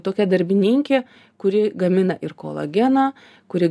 tokia darbininkė kuri gamina ir kolageną kuri